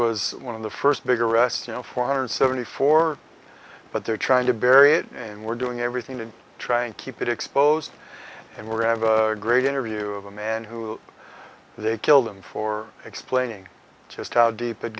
was one of the first big arrests you know four hundred seventy four but they're trying to bury it and we're doing everything to try and keep it exposed and we have a great interview of a man who they killed him for explaining just how deep it